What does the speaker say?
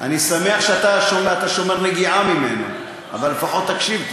אני שמח שאתה שומר נגיעה ממנה, אבל לפחות תקשיב.